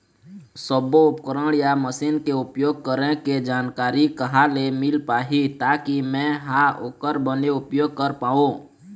सब्बो उपकरण या मशीन के उपयोग करें के जानकारी कहा ले मील पाही ताकि मे हा ओकर बने उपयोग कर पाओ?